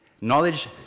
knowledge